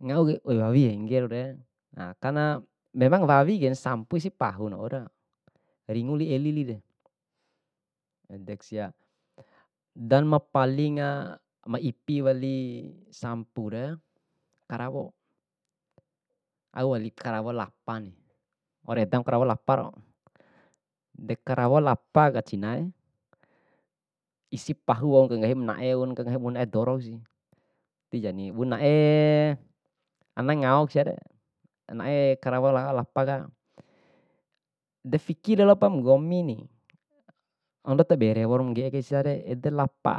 Nahuke oi wawi henggekure, karena memang wawike sampusi pahu nawaura ndedeku sia. Dan mapalinga ma ipi wali sampure karawo, auwali karawo lapani, waumu eda karawo laparo, de karawo lapa ka cinae, isi pahu wau ka ngahim nae wau bune nae dorosi, tijani bunenae ana ngao ku siare, nae karawo lalapa ka. De fiki lalopa banggomi ni, ando tabe rewo ro ngge'e kai siara ede lapa,